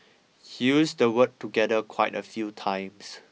he used the word 'together' quite a few times